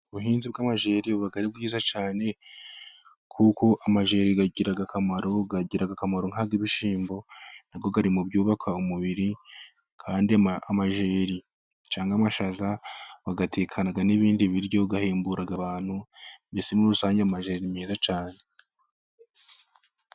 Ubuhinzi bw'amajeri buba ari bwiza cyane kuko amajeri agira akamaro , agira akamaro nkibi' ibishyimbo nayo Ari mubyubaka umubiri, kandi amajeri cyangwa amashyaza bayatekana n'ibindi biryo ahembura abantu mbese muri rusange amajeri nimeza cyane.